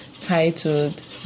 titled